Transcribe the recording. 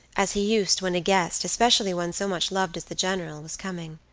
as he used when a guest, especially one so much loved as the general, was coming.